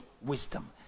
wisdom